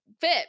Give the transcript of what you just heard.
fit